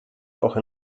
auch